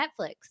Netflix